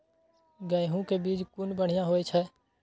गैहू कै बीज कुन बढ़िया होय छै?